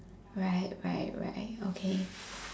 right right right okay